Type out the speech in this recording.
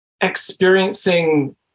experiencing